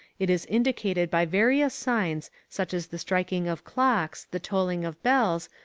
it is indicated by various signs such as the striking of clocks, the tolling of bells,